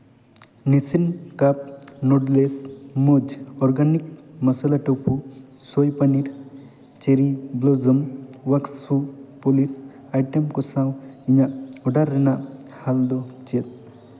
Nissin cup noodles ᱢᱳᱡᱽ organic masala tofu soy paneer cherry blossom wax shoe polish item ᱠᱚ ᱥᱟᱶ ᱤᱧᱟᱹᱜ ᱚᱰᱟᱨ ᱨᱮᱱᱟᱜ ᱦᱟᱞ ᱫᱚ ᱪᱮᱫ